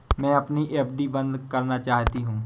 मैं अपनी एफ.डी बंद करना चाहती हूँ